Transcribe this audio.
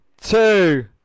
two